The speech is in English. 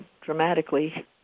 dramatically